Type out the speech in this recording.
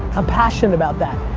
i'm passionate about that.